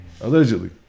allegedly